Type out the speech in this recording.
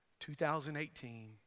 2018